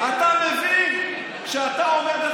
אתה מבין שאתה אומר,